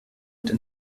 den